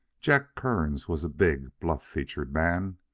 jack kearns was a big, bluff-featured man,